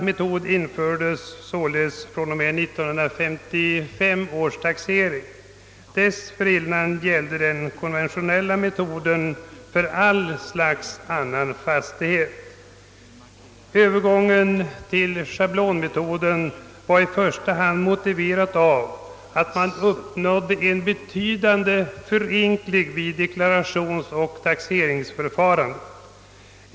Metoden har tillämpats fr.o.m. 1955 års taxering. Dessförinnan gällde den konventionella metoden, som då tillämpades för alla slag av annan fastighet. Övergången till schablonmetoden motiverades i första hand med att den medförde en betydande förenkling av deklarationsoch taxeringsförfarandet.